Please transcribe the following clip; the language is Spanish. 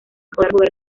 gobernar